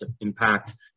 impact